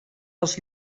dels